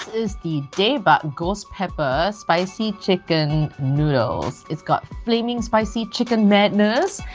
is the daebak ghost pepper spicy chicken noodles. it's got flaming spicy chicken madness,